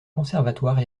conservatoire